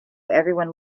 everyone